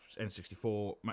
N64